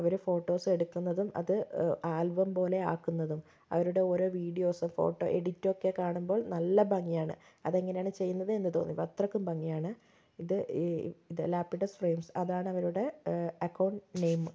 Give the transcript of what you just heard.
അവർ photos എടുക്കുന്നതും അത് album പോലെ ആക്കുന്നതും അവരുടെ ഓരോ വീഡിയോസും ഫോട്ടോ എഡിറ്റ് ഒക്കെ കാണുമ്പോൾ നല്ല ഭംഗിയാണ് അത് എങ്ങനെയാണ് ചെയ്യുന്നത് എന്ന് തോന്നും അത്രയ്ക്ക് ഭംഗിയാണ് ഇത് ഈ ലാപ്പിഡോസ് ഫ്രെയിംസ് അതാണ് അവരുടെ അക്കൗണ്ട് നെയിം